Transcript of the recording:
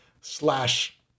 slash